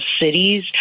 cities